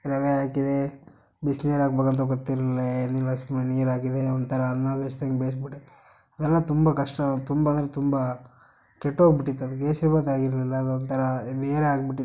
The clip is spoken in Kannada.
ರವೆ ಹಾಕಿದೆ ಬಿಸ್ನೀರು ಹಾಕ್ಬೇಕ್ ಅಂತ ಗೊತ್ತಿರಲಿಲ್ಲ ಏನೂ ಇಲ್ಲ ಸುಮ್ಮನೆ ನೀರು ಹಾಕಿದೆ ಒಂಥರ ಅನ್ನ ಬೇಯ್ಸ್ದಂಗೆ ಬೇಯ್ಸಿ ಬಿಟ್ಟೆ ಎಲ್ಲ ತುಂಬ ಕಷ್ಟ ತುಂಬ ಅಂದ್ರೆ ತುಂಬ ಕೆಟ್ಟೋಗ್ಬಿಟ್ಟಿತ್ತು ಅದು ಕೇಸರಿ ಭಾತ್ ಆಗಿರಲಿಲ್ಲ ಅದು ಒಂಥರ ಬೇರೆ ಆಗಿಬಿಟ್ಟಿತ್ತು